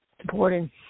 important